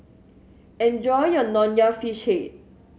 enjoy your Nonya Fish Head